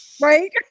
Right